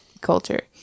culture